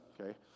okay